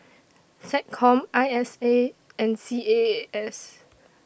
Seccom I S A and C A A S